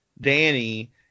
Danny